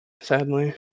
Sadly